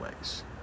ways